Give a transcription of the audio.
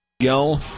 go